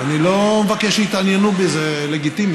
אני לא מבקש שיתעניינו בי, זה לגיטימי.